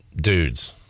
dudes